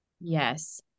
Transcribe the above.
Yes